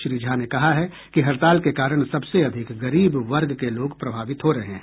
श्री झा ने कहा है कि हड़ताल के कारण सबसे अधिक गरीब वर्ग के लोग प्रभावित हो रहे हैं